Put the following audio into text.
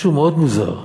משהו מאוד מוזר.